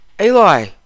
Eli